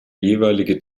jeweilige